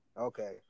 Okay